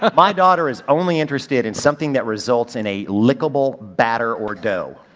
ah my daughter is only interested in something that results in a lickable batter or dough.